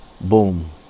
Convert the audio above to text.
boom